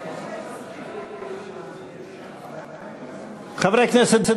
רב ראשי אחד לכל עדות ישראל),